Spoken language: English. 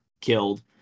killed